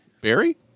Barry